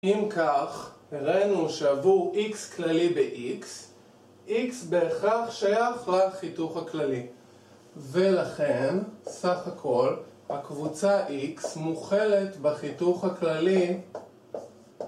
אם כך, הראינו שעבור x כללי ב-x, x בהכרח שייך לחיתוך הכללי. ולכן, סך הכל, הקבוצה x מוכלת בחיתוך הכללי.